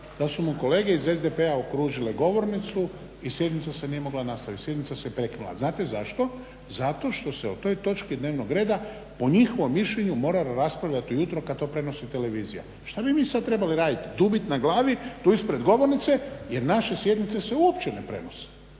da su mu kolege iz SDP-a okružile govornicu i sjednica se nije mogla nastaviti. Sjednica se prekinula. A znate zašto? Zato što se o toj točki dnevnog reda po njihovom mišljenju moralo raspravljati ujutro kad to prenosi televizija. Šta bi mi sad trebali raditi? Dubit na glavi tu ispred govornice jer naše sjednice se uopće ne prenose.